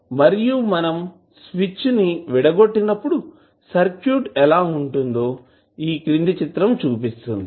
మరియు మనం స్విచ్ ని విడగొట్టినప్పుడు సర్క్యూట్ ఎలా ఉంటుందో ఈ చిత్రం చూపిస్తుంది